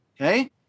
Okay